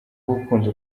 gukunda